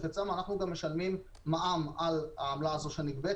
אצלם בעוד שאנחנו גם משלמים מע"מ על העמלה הזאת שנגבית.